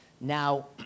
Now